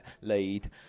lead